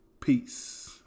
peace